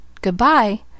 Goodbye